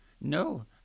no